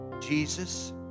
Jesus